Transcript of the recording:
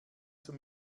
zum